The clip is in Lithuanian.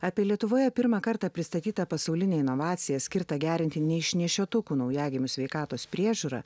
apie lietuvoje pirmą kartą pristatyta pasaulinė inovacija skirta gerinti neišnešiotų naujagimių sveikatos priežiūrą